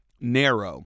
narrow